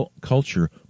culture